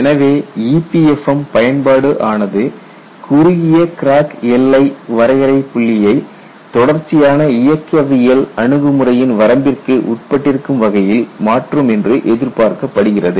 எனவே EPFM பயன்பாடு ஆனது குறுகிய கிராக் எல்லை வரையறை புள்ளியை தொடர்ச்சியான இயக்கவியல் அணுகுமுறையின் வரம்பிற்கு உட்பட்டிருக்கும் வகையில் மாற்றும் என்று எதிர்பார்க்கப்படுகிறது